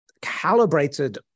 calibrated